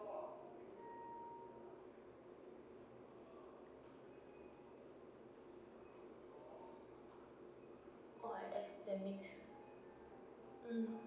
that means mm